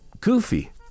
Goofy